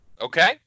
Okay